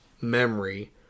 memory